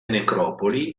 necropoli